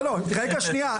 לא, רגע, שניה.